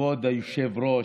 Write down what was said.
כבוד היושב-ראש,